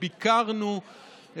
וביקרנו בעצמנו,